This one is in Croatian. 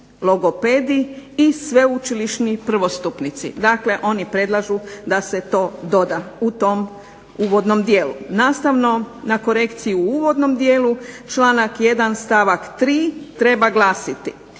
logopedi i sveučilišni prvostupnici. Dakle, oni predlažu da se to doda u uvodnom dijelu. Nastavno na korekciju u uvodnom dijelu članak 1. stavak 3. treba glasiti,